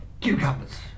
cucumbers